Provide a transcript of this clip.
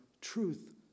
truth